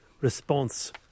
response